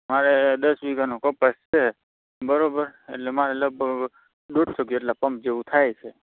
મારે દસ વીઘાનો કપાસ છે બરાબર એટલે મારે લગભગ દોઢસો કે એટલા પંપ જેવું થાય છે